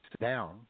down